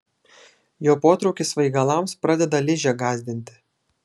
jo potraukis svaigalams pradeda ližę gąsdinti